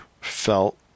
felt